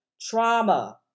Trauma